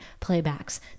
playbacks